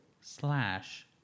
slash